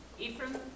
Ephraim